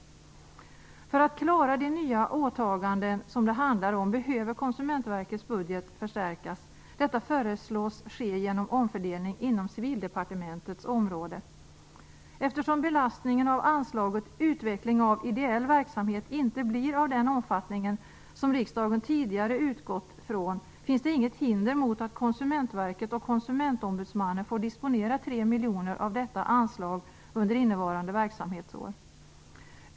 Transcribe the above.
För att klara de nya åtaganden som det handlar om behöver Konsumentverkets budget förstärkas. Detta föreslås ske genom omfördelning inom Civildepartementets område. Eftersom belastningen av anslaget Utveckling av ideell verksamhet inte blir av den omfattningen som riksdagen utgått från finns det inget hinder mot att Konsumentverket och Konsumentombudsmannen får disponera tre miljoner av detta anslag under innevarande verksamhetsår.